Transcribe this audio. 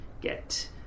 get